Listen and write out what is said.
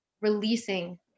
releasing